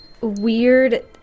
weird